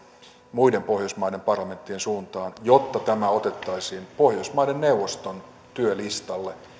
muiden pohjoismaiden parlamenttien suuntaan jotta tämä otettaisiin pohjoismaiden neuvoston työlistalle